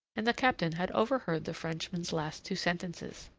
and the captain had overheard the frenchman's last two sentences.